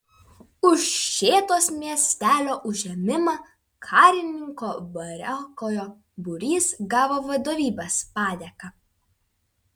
už šėtos miestelio užėmimą karininko variakojo būrys gavo vadovybės padėką